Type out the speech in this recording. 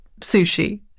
sushi